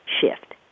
shift